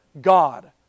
God